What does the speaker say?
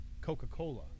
coca-cola